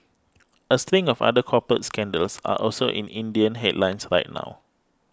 a string of other corporate scandals are also in Indian headlines right now